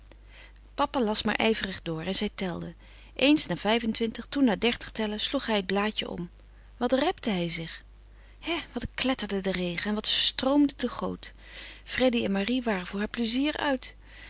papa las maar ijverig door en zij telde eens na vijf-en-twintig toen na dertig tellen sloeg hij het blaadje om wat repte hij zich hè wat kletterde de regen en wat stroomde de goot freddy en marie waren voor haar pleizier uit